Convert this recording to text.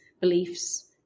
beliefs